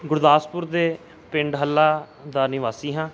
ਗੁਰਦਾਸਪੁਰ ਦੇ ਪਿੰਡ ਹੱਲਾ ਦਾ ਨਿਵਾਸੀ ਹਾਂ